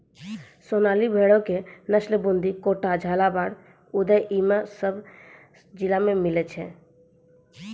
सोनारी भेड़ो के नस्ल बूंदी, कोटा, झालाबाड़, उदयपुर इ सभ जिला मे मिलै छै